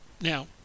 Now